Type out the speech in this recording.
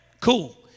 Cool